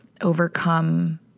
overcome